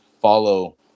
follow